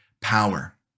power